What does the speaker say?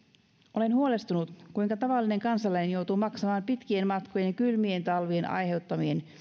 olen huolestunut siitä kuinka tavallinen kansalainen joutuu maksamaan pitkien matkojen kylmien talvien aiheuttamien